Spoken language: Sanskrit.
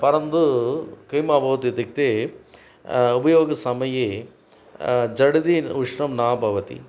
परन्तु किम् अभवत् इत्युक्ते उपयोगसमये जड्दि उष्णं न भवति